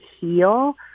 heal